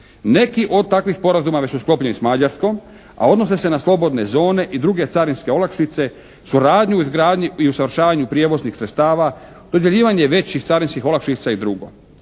Neki od takvih sporazuma već su sklopljeni s Mađarskom, a odnose se na slobodne zone i druge carinske olakšice, suradnju u izgradnji i usavršavanju prijevoznih sredstava, dodjeljivanje većih carinskih olakšica i drugo.